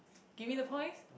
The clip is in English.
give me the points